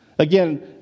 Again